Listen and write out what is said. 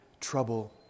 trouble